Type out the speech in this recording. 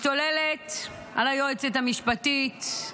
משתוללת על היועצת המשפטית.